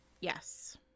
Yes